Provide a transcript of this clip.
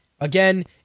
Again